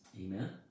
Amen